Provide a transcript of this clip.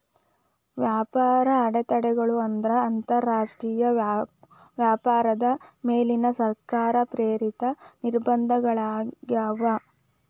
ವ್ಯಾಪಾರ ಅಡೆತಡೆಗಳು ಅಂದ್ರ ಅಂತರಾಷ್ಟ್ರೇಯ ವ್ಯಾಪಾರದ ಮೇಲಿನ ಸರ್ಕಾರ ಪ್ರೇರಿತ ನಿರ್ಬಂಧಗಳಾಗ್ಯಾವ